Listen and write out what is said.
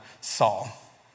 Saul